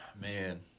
man